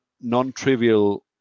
non-trivial